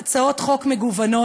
יש הצעות חוק מגוונות,